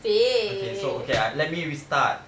okay so okay I let me restart